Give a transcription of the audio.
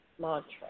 mantra